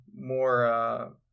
more